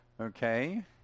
okay